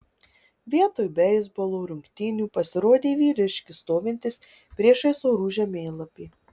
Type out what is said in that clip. vietoj beisbolo rungtynių pasirodė vyriškis stovintis priešais orų žemėlapį